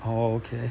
oh okay